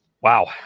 wow